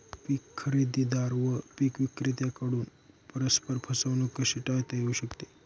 पीक खरेदीदार व पीक विक्रेत्यांकडून परस्पर फसवणूक कशी टाळता येऊ शकते?